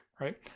right